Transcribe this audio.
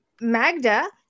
Magda